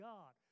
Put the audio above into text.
God